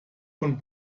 von